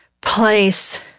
place